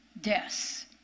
deaths